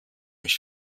mich